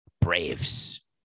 Braves